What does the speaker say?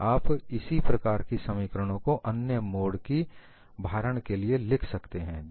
आप इसी प्रकार की समीकरणों को अन्य मोड्स की भारण के लिए लिख सकते हैं